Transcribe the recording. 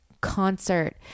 concert